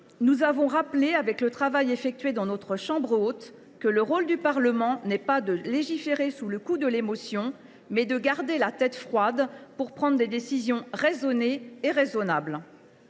nous avons rappelé, avec le travail effectué dans notre Chambre haute, que le rôle du Parlement n’est pas de légiférer sous le coup de l’émotion, mais de garder la tête froide pour prendre des décisions raisonnées et raisonnables.